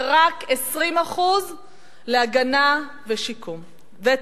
ורק 20% להגנה ושיקום וטיפול.